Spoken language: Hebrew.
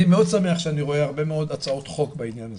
אני מאוד שמח שאני רואה הרבה מאוד הצעות חוק בעניין הזה,